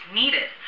needed